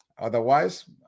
Otherwise